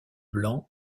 blanc